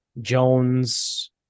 Jones